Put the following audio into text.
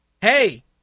hey